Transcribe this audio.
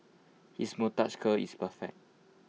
his moustache curl is perfect